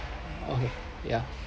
okay ya